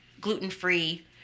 gluten-free